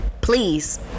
please